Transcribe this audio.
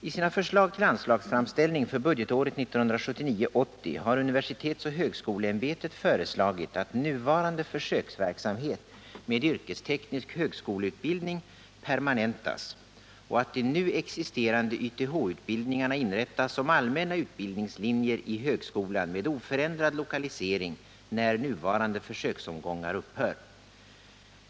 I sina förslag till anslagsframställning för budgetåret 1979/80 har universitetsoch högskoleämbetet föreslagit att nuvarande försöksverksamhet med yrkesteknisk högskoleutbildning permanentas och att de nu existerande YTH-utbildningarna inrättas som allmänna utbildningslinjer i högskolan med oförändrad lokalisering när nuvarande försöksomgångar upphör.